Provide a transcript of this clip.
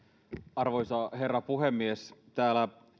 arvoisa herra puhemies täällä